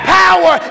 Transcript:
power